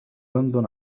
لندن